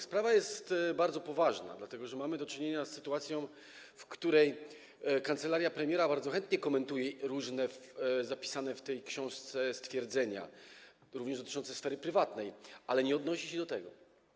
Sprawa jest bardzo poważna, dlatego że mamy do czynienia z sytuacją, w której kancelaria premiera bardzo chętnie komentuje różne zapisane w tej książce stwierdzenia, również dotyczące sfery prywatnej, ale nie odnosi się do tego.